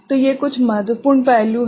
तो ये कुछ महत्वपूर्ण पहलू हैं